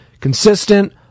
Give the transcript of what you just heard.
Consistent